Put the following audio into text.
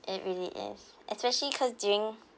it really is especially because during